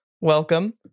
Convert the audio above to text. welcome